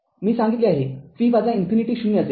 मी सांगितले आहे v infinity ० असेल